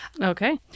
Okay